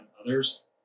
others